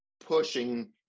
pushing